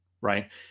right